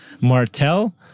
Martell